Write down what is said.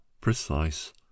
precise